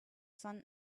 sun